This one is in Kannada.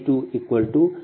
6144